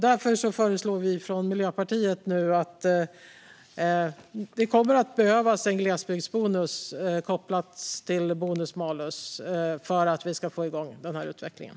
Därför föreslår vi från Miljöpartiet nu en glesbygdsbonus kopplad till bonus malus för att vi ska få igång den utvecklingen.